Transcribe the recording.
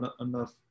enough